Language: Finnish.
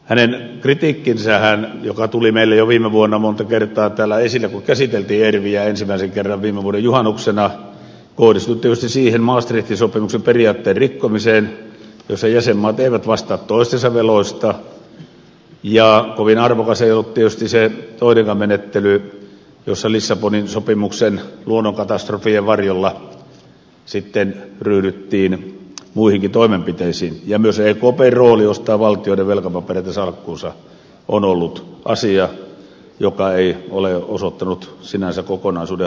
hänen kritiikkinsähän joka tuli meille jo viime vuonna monta kertaa täällä esille kun käsiteltiin ervviä ensimmäisen kerran viime vuoden juhannuksena kohdistui tietysti siihen maastrichtin sopimuksen periaatteen rikkomiseen jossa jäsenmaat eivät vastaa toistensa veloista ja kovin arvokas ei ollut tietysti se toinenkaan menettely jossa lissabonin sopimuksen luonnonkatastrofien varjolla sitten ryhdyttiin muihinkin toimenpiteisiin ja myös ekpn rooli ostaa valtioiden velkapapereita salkkuunsa on ollut asia joka ei ole osoittanut sinänsä kokonaisuuden hallintaa